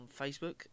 Facebook